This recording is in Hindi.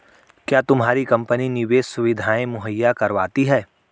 क्या तुम्हारी कंपनी निवेश सुविधायें मुहैया करवाती है?